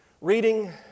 reading